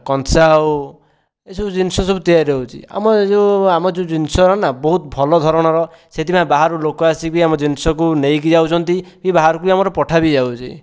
କଂସା ହେଉ ଏସବୁ ଜିନିଷ ସବୁ ତିଆରି ହେଉଛି ଆମର ଏ ଯେଉଁ ଆମର ଯେଉଁ ଜିନିଷ ନା ବହୁତ ଭଲ ଧରଣର ସେଥିପାଇଁ ବାହାରୁ ଲୋକ ଆସିକି ମଧ୍ୟ ଆମ ଜିନିଷକୁ ନେଇକି ଯାଉଛନ୍ତି କି ବାହାରକୁ ଆମର ପଠା ବି ଯାଉଛି